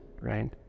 right